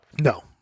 No